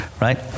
right